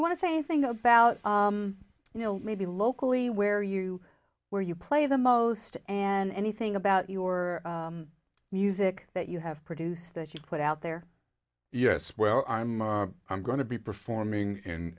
you want to say thing about you know maybe locally where you where you play the most and anything about your music that you have produced that you put out there yes well i'm i'm going to be performing in